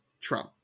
Trump